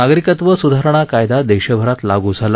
नागरिकत्व सुधारणा कायदा देशभरात काल लागू झाला